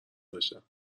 داشتم